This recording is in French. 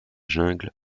jungle